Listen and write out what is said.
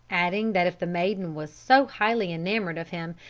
adding that if the maiden was so highly enamoured of him,